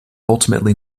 ultimately